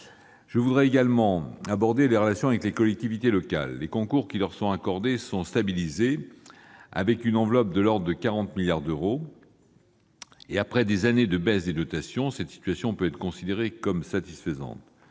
Je voudrais également évoquer les relations avec les collectivités locales. Les concours qui leur sont accordés sont stabilisés, avec une enveloppe de l'ordre de 40 milliards d'euros. Après des années de baisse des dotations, cette situation peut être considérée comme satisfaisante.